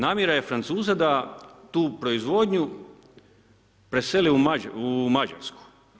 Namjera je Francuza da tu proizvodnju preseli u Mađarsku.